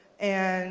and